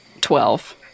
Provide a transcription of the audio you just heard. Twelve